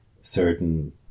certain